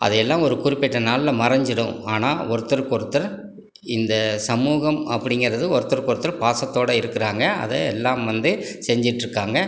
அதையெல்லாம் ஒரு குறிப்பிட்ட நாளில் மறைஞ்சிடும் ஆனால் ஒருத்தருக்கொருத்தர் இந்த சமூகம் அப்படிங்கறது ஒருத்தருக்கொருத்தர் பாசத்தோடு இருக்கிறாங்க அதை எல்லாம் வந்து செஞ்சிட்டுருக்காங்க